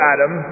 Adam